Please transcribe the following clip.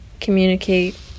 communicate